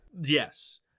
Yes